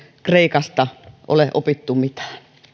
kreikasta ole opittu mitään